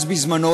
אז בזמנו,